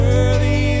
Worthy